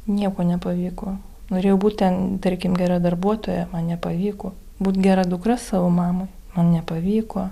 nieko nepavyko norėjau būti ten tarkim gera darbuotoja man nepavyko būt gera dukra savo mamai man nepavyko